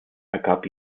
ergab